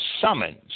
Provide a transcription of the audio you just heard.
summons